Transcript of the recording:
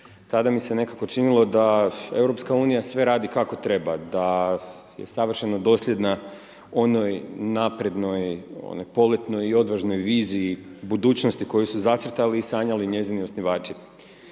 tada mi se nekako činilo da EU sve radi kako treba, da je savršeno dosljedna onoj naprednoj, onoj poletnoj i odvažnoj viziji budućnosti koju su zacrtali i sanjali njezini osnivači.